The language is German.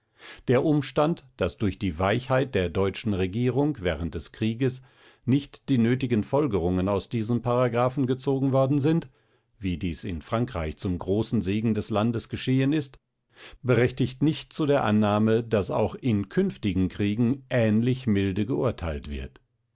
der umstand daß durch die weichheit der deutschen regierung während des krieges nicht die nötigen folgerungen aus diesem paragraphen gezogen worden sind wie dies in frankreich zum großen segen des landes geschehen ist berechtigt nicht zu der annahme daß auch in künftigen kriegen ähnlich milde geurteilt wird